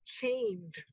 chained